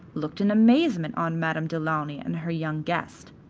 looked in amazement on madame du launy and her young guest.